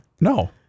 no